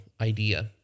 idea